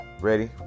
Ready